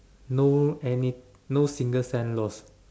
no any no single cent lost